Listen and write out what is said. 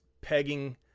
pegging